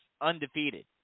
undefeated